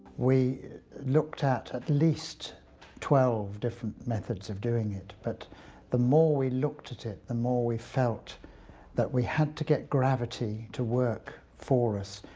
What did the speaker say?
we looked at, at least twelve different methods of doing it. but the more we looked at it the more we felt that we had to get gravity to work for us.